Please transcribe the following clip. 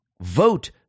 Vote